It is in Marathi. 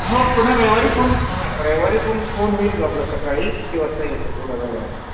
हो पुन्हा रविवारी फोन हां रविवारी फोन फोन होईल का आपला सकाळी किती वाजता यायचं पुण्याला भेटायला